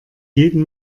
jedem